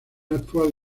actual